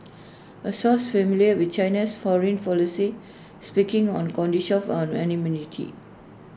A source familiar with China's foreign policy speaking on condition of anonymity